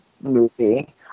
movie